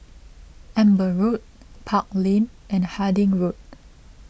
Amber Road Park Lane and Harding Road